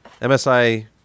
MSI